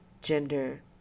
gender